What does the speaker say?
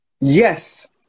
Yes